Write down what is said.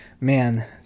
Man